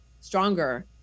stronger